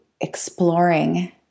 exploring